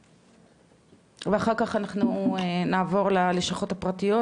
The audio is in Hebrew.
ואחר כך אנחנו נעבור ללשכות הפרטיות